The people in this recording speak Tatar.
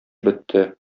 бетте